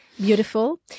beautiful